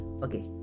Okay